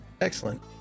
Excellent